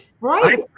right